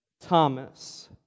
Thomas